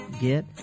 get